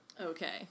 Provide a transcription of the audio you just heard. Okay